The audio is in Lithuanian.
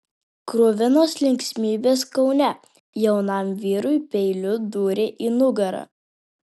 kruvinos linksmybės kaune jaunam vyrui peiliu dūrė į nugarą